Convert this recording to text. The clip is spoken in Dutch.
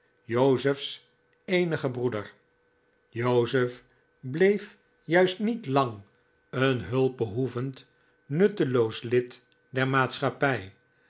jozef's eenige breeder jozef bleef juist niet lang een hulpbehoevend nutteloos lid der maatschappij